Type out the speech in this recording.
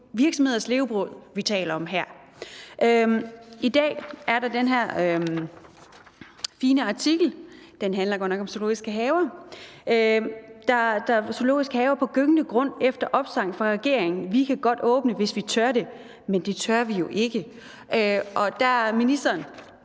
virksomheders levebrød, vi taler om her. I dag er der den her fine artikel. Den handler godt nok om zoologiske haver og har overskriften »Zoologisk have på »gyngende grund« efter opsang fra regeringen: »Vi kan godt åbne, hvis vi tør det, men det tør vi jo ikke«.« Ministeren